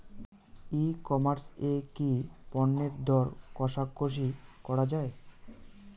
ই commerce এ কি পণ্যের দর কশাকশি করা য়ায়?